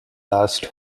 last